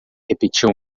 repetiu